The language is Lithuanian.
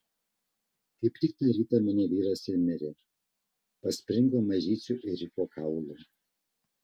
kaip tik tą rytą mano vyras ir mirė paspringo mažyčiu ėriuko kaulu